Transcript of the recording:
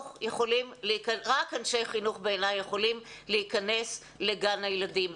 רק אנשי חינוך בעיניי יכולים להיכנס לגן הילדים.